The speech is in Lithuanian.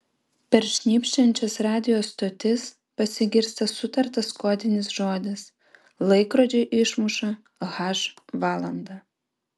per šnypščiančias radijo stotis pasigirsta sutartas kodinis žodis laikrodžiai išmuša h valandą